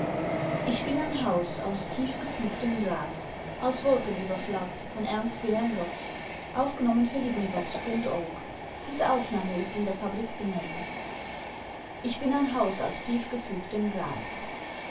ich bin ein haus aus tief gefügtem glas ich bin ein haus aus tief gefügtem glas